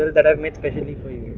that i've made especially for you